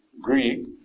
Greek